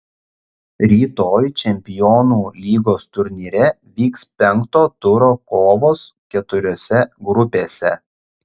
rytoj čempionų lygos turnyre vyks penkto turo kovos keturiose grupėse